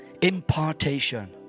Impartation